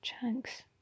Chunks